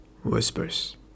Whispers